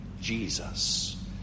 Jesus